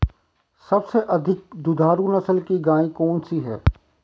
सबसे अधिक दुधारू नस्ल की गाय कौन सी है?